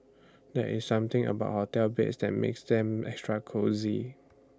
there's something about hotel beds that makes them extra cosy